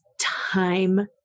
time